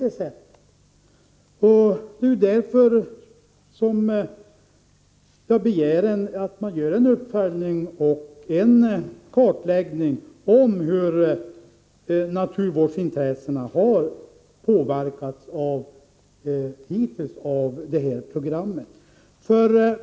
Det är därför som vi begär att man skall göra en uppföljning och en kartläggning beträffande hur naturvårdsintressena har påverkats hittills av detta program.